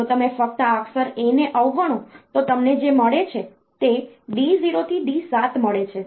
જો તમે ફક્ત આ અક્ષર A ને અવગણો તો તમને જે મળે છે તે D0 થી D7 મળે છે